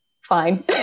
fine